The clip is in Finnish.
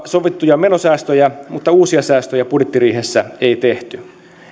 sovittuja menosäästöjä mutta uusia säästöjä budjettiriihessä ei tehty